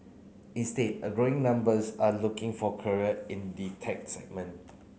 instead a growing numbers are looking for career in the tech segment